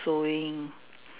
sewing